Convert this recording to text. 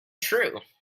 true